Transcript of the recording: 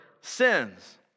sins